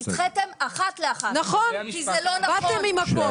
נדחתם אחת לאחת כי זה לא נכון.